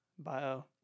Bio